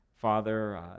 Father